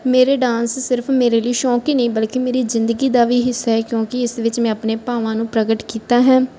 ਮੇਰਾ ਡਾਂਸ ਸਿਰਫ ਮੇਰੇ ਲਈ ਸ਼ੌਕ ਹੀ ਨਹੀਂ ਬਲਕਿ ਮੇਰੀ ਜ਼ਿੰਦਗੀ ਦਾ ਵੀ ਹਿੱਸਾ ਹੈ ਕਿਉਂਕਿ ਇਸ ਵਿੱਚ ਮੈਂ ਆਪਣੇ ਭਾਵਾਂ ਨੂੰ ਪ੍ਰਗਟ ਕੀਤਾ ਹੈ